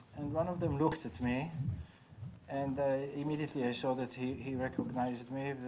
and one of them looked at me and immediately i saw that he he recognized me